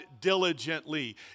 diligently